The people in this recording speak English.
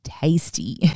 tasty